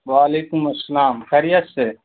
و علیکم السلام خریت سے